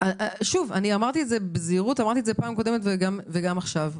אני אמרתי את זה בזהירות בפעם הקודמת וגם עכשיו,